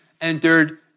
entered